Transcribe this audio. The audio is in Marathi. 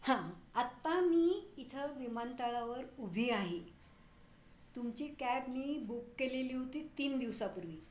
हां आत्ता मी इथं विमानतळावर उभी आहे तुमची कॅब मी बुक केलेली होती तीन दिवसांपूर्वी